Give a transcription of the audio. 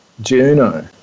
Juno